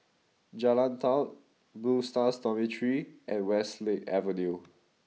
Jalan Daud Blue Stars Dormitory and Westlake Avenue